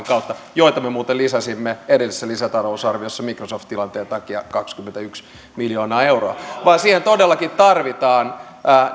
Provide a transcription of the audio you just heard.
kautta joita me muuten lisäsimme edellisessä lisätalousarviossa microsoft tilanteen takia kaksikymmentäyksi miljoonaa euroa vaan siihen todellakin tarvitaan